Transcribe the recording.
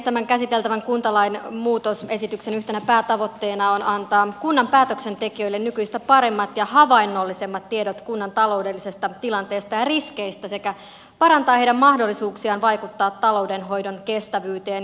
tämän käsiteltävän kuntalain muutosesityksen yhtenä päätavoitteena on antaa kunnan päätöksentekijöille nykyistä paremmat ja havainnollisemmat tiedot kunnan taloudellisesta tilanteesta ja riskeistä sekä parantaa heidän mahdollisuuksiaan vaikuttaa taloudenhoidon kestävyyteen